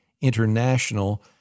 International